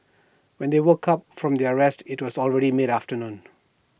when they woke up from their rest IT was already mid afternoon